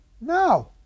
no